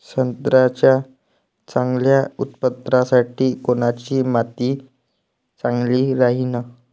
संत्र्याच्या चांगल्या उत्पन्नासाठी कोनची माती चांगली राहिनं?